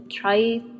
try